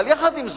אבל עם זאת,